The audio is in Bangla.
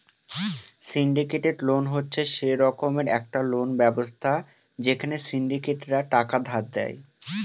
সিন্ডিকেটেড লোন হচ্ছে সে রকমের একটা লোন ব্যবস্থা যেখানে সিন্ডিকেটরা টাকা ধার দেয়